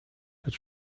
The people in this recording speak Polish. lecz